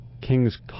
King's